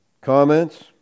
comments